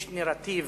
יש נרטיב